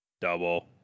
Double